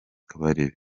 kabarebe